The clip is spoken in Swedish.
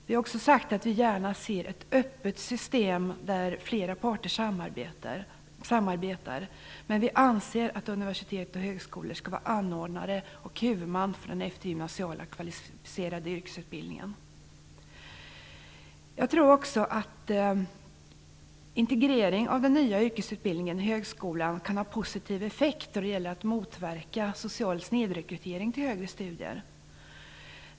Vi har också sagt att vi gärna ser ett öppet system där flera parter samarbetar, men vi anser att universitet och högskolor bör vara anordnare och huvudman för den eftergymnasiala kvalificerade yrkesutbildningen. Jag tror också att integrering av den nya yrkesutbildningen i högskolan kan ha positiv effekt då det gäller att motverka social snedrekrytering till högre studier.